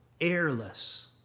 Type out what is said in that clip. airless